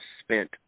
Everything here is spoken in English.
spent